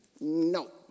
No